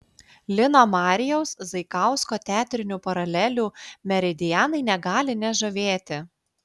lino marijaus zaikausko teatrinių paralelių meridianai negali nežavėti